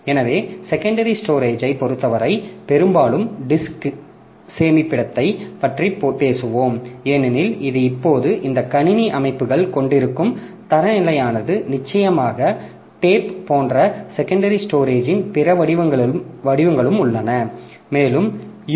எனவே செகண்டரி ஸ்டோரேஜை பொருத்தவரை பெரும்பாலும் டிஸ்க் சேமிப்பிடத்தைப் பற்றிப் பேசுவோம் ஏனெனில் இது இப்போது இந்த கணினி அமைப்புகள் கொண்டிருக்கும் தரநிலையானது நிச்சயமாக டேப் போன்ற செகண்டரி ஸ்டோரேஜின் பிற வடிவங்களும் உள்ளன மேலும் யூ